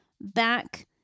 back